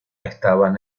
estaban